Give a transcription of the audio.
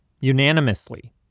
unanimously